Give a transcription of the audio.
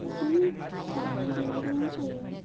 बिदिनो दामनाय देनायजों मोसायो